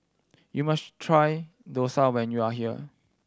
you must try dosa when you are here